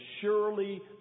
surely